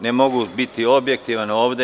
Ne mogu biti objektivan ovde.